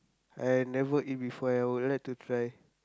I never eat before and I would like to try